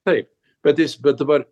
taip bet jis bet dabar